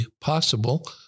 possible